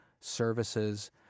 services